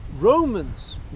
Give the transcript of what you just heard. Romans